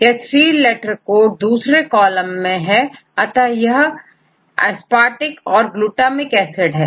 यह three letter code दूसरे column में है अतः यह aspartic and glutamic acid है